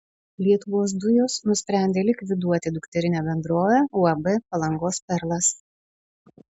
lietuvos dujos nusprendė likviduoti dukterinę bendrovę uab palangos perlas